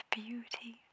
beauty